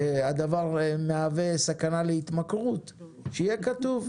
שהדבר מהווה סכנה להתמכרות, שיהיה כתוב.